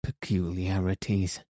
peculiarities